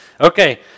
Okay